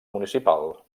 municipal